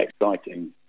exciting